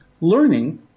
learning